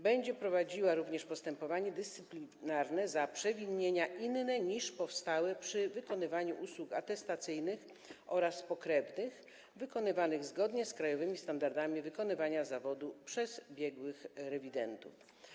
Będzie prowadziła również postępowania dyscyplinarne za przewinienia inne niż powstałe przy wykonywaniu usług atestacyjnych oraz pokrewnych wykonywanych zgodnie z krajowymi standardami wykonywania zawodu przez biegłych rewidentów.